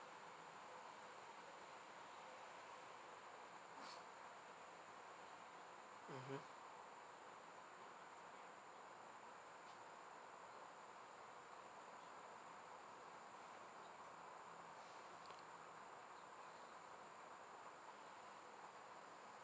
mmhmm